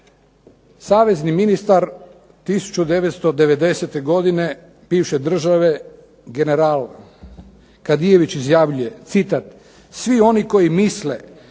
Savezni ministar 1990. godine bivše države general Kadijević izjavljuje, citiram: